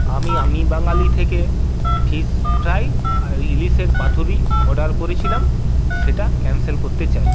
আমি আমি বাঙালি থেকে ফিশ ফ্রাই আর ইলিশের পাতুরি অর্ডার করেছিলাম সেটা ক্যানসেল করতে চাই